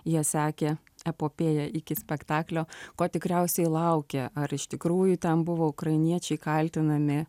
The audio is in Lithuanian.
jie sekė epopėją iki spektaklio ko tikriausiai laukia ar iš tikrųjų ten buvo ukrainiečiai kaltinami